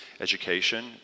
education